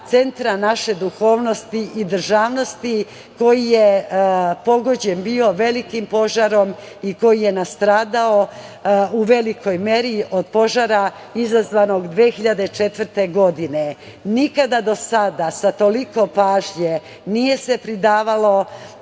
centra naše duhovnosti i državnosti, koji je pogođen bio velikim požarom i koji je nastradao u velikoj meri od požara izazvanog 2004. godine. Nikada do sada toliko pažnje nije se pridavalo